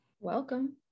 Welcome